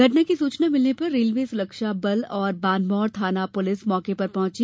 घटना की सूचना भिलने पर रेलवे सुरक्षा बल और बानमौर थाना पुलिस मौके पर पहुंची